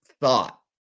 thought